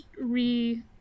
re